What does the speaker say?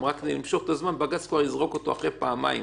ככל שלא היו לנו כל האיים האלה,